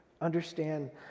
understand